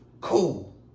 Cool